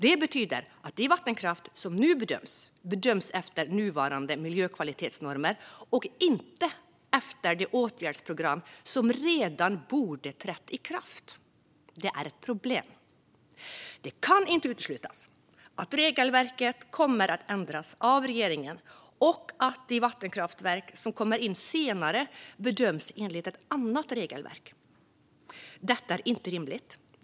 Det betyder att man bedömer de vattenkraftverk som nu bedöms efter nuvarande miljökvalitetsnormer och inte efter det åtgärdsprogram som redan borde ha trätt i kraft. Det är ett problem. Det kan inte uteslutas att regelverket kommer att ändras av regeringen och att de vattenkraftverk som kommer in senare bedöms enligt ett annat regelverk. Detta är inte rimligt.